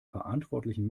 verantwortlichen